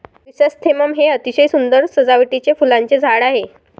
chrysanthemum हे एक अतिशय सुंदर सजावटीचे फुलांचे झाड आहे